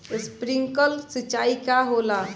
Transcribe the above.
Sprinkler सिंचाई का होला?